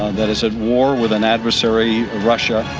that is at war with an adversary, russia,